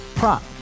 Prop